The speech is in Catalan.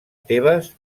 tebes